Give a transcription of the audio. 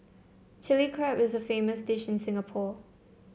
Chilli Crab is a famous dish in Singapore